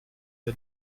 der